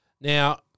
now